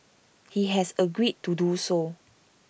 he has agreed to do so